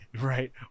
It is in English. right